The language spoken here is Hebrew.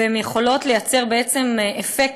הן יכולות לייצר בעצם אפקט,